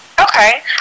Okay